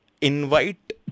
invite